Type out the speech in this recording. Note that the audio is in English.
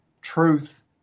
truth